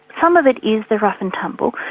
some of it is the rough and tumble,